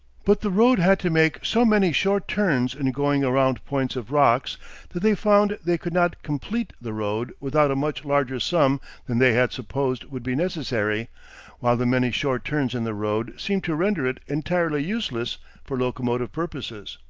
but the road had to make so many short turns in going around points of rocks that they found they could not complete the road without a much larger sum than they had supposed would be necessary while the many short turns in the road seemed to render it entirely useless for locomotive purposes.